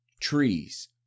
trees